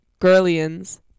gurlians